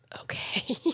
okay